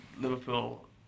Liverpool